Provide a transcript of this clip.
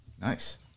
Nice